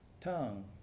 tongue